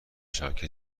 شبکه